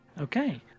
Okay